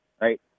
right